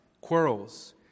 quarrels